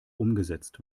umgesetzt